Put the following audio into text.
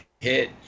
hit